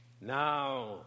Now